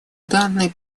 данный